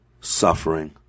suffering